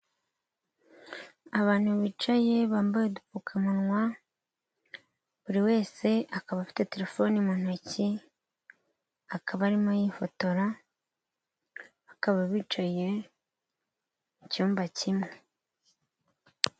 Abantu bicaye bambaye udupfukamunwa; buri wese akaba afite telefoni mu ntoki akaba arimo yifotora, bakaba bicaye mu cyumba kimwe.